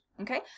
Okay